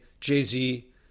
Jay-Z